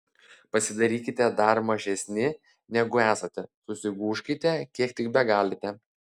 pasidarykite dar mažesni negu esate susigūžkite kiek tik begalite